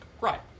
Right